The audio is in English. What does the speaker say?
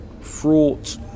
fraught